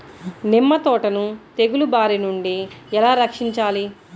నిమ్మ తోటను తెగులు బారి నుండి ఎలా రక్షించాలి?